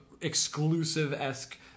exclusive-esque